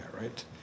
right